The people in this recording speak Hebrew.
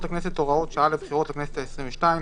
לכנסת (הוראות שעה לבחירות לכנסת העשרים ושתיים),